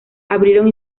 abrieron